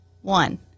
One